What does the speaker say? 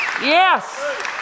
Yes